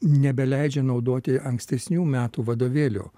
nebeleidžia naudoti ankstesnių metų vadovėlių